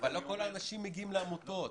לא כל האנשים מגיעים לעמותות.